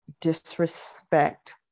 disrespect